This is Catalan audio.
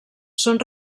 són